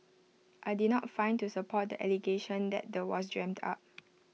I did not find to support the allegation that the was dreamt up